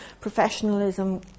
professionalism